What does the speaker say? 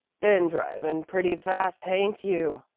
ben drivin' pretty fast, hain't you?